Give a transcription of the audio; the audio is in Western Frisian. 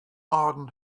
âlden